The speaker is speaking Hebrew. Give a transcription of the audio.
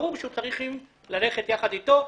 ברור שצריכים ללכת יחד איתו,